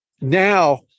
Now